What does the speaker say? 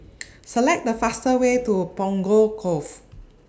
Select The fastest Way to Punggol Cove